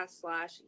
slash